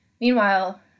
Meanwhile